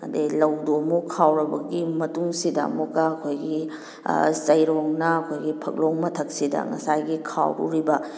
ꯑꯗꯨꯗꯩ ꯂꯧꯗꯨ ꯑꯃꯨꯛ ꯈꯥꯎꯔꯕꯒꯤ ꯃꯇꯨꯡꯁꯤꯗ ꯑꯃꯨꯛꯀ ꯑꯩꯈꯣꯏꯒꯤ ꯆꯩꯔꯣꯡꯅꯥ ꯑꯩꯈꯣꯏꯒꯤ ꯐꯛꯂꯣꯡ ꯃꯊꯛꯁꯤꯗ ꯉꯁꯥꯏꯒꯤ ꯈꯥꯎꯔꯨꯔꯤꯕ